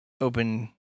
open